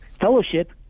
fellowship